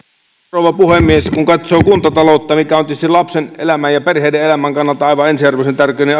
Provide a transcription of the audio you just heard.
rouva puhemies kun katsoo kuntataloutta se on tietysti lapsen elämän ja perheiden elämän kannalta aivan ensiarvoisen tärkeä